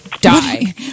die